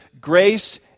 grace